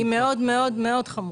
היא מאוד מאוד מאוד חמורה.